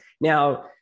Now